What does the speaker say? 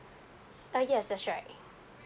ah yes that's right